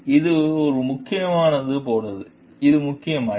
இது முக்கியமானது போல இது முக்கியமல்ல